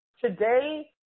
Today